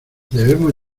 debemos